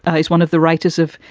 he's one of the writers of.